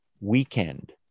weekend